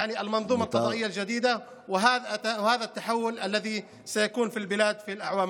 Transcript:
וזה השינוי שיהיה במדינה בשנים הבאות.)